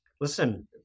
listen